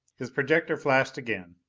his projector flashed again.